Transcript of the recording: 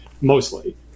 mostly